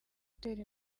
gutera